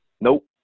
nope